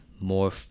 more